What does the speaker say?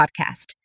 Podcast